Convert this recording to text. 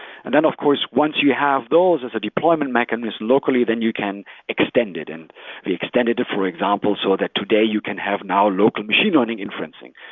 and then of course once you have those as a deployment mechanism locally, then you can extend it, and we extended it for example so that today you can have now local machine learning inferencing,